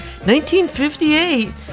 1958